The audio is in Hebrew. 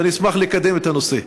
ואני אשמח לקדם את הנושא.